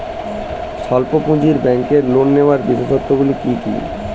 স্বল্প পুঁজির ব্যাংকের লোন নেওয়ার বিশেষত্বগুলি কী কী?